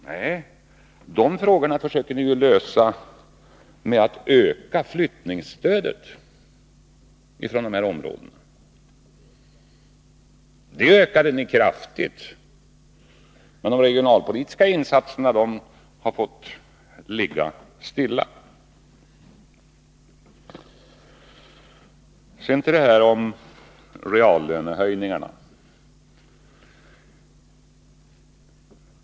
Nej, de frågorna försöker ni lösa genom att öka flyttningsstödet. Detta ökade ni kraftigt, men de regionalpolitiska insatserna har fått ligga stilla. Sedan till det här om reallönehöjningarna.